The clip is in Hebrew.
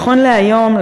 נכון להיום,